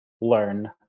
learn